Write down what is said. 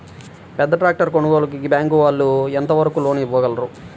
పెద్ద ట్రాక్టర్ కొనుగోలుకి బ్యాంకు వాళ్ళు ఎంత వరకు లోన్ ఇవ్వగలరు?